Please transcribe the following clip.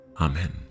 Amen